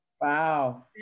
Wow